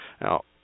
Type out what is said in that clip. Now